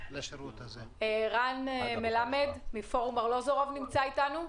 רן מלמד מפורום ארלוזורוב נמצא איתנו?